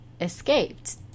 escaped